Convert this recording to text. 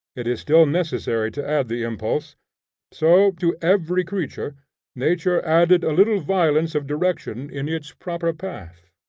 it is still necessary to add the impulse so to every creature nature added a little violence of direction in its proper path,